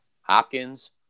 Hopkins